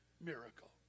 miracle